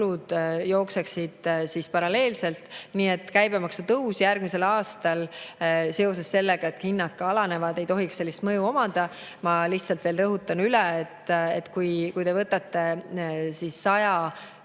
jookseksid paralleelselt. Nii et käibemaksutõus järgmisel aastal, seoses sellega, et hinnad ka alanevad, ei tohiks sellist mõju omada. Ma lihtsalt veel rõhutan üle, et kui te võtate